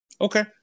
okay